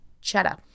cheddar